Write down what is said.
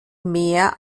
mehr